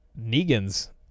Negan's